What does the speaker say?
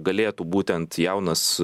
galėtų būtent jaunas